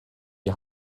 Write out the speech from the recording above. die